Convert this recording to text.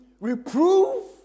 reprove